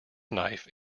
knife